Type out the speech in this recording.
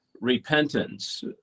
repentance